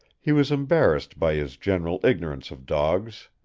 he was embarrassed by his general ignorance of dogs,